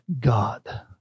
God